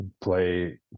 play